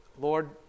Lord